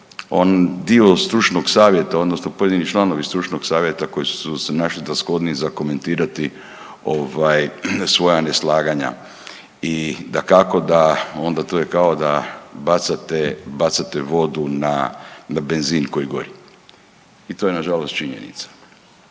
dio stručnog savjeta odnosno pojedini članovi stručnog savjeta koji su se našli za shodni za komentirati ovaj svoja neslaganja i dakako da onda to je kao da bacate, bacate vodu na benzin koji gori i to je nažalost činjenica.